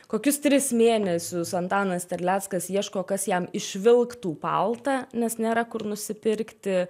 kokius tris mėnesius antanas terleckas ieško kas jam išvilktų paltą nes nėra kur nusipirkti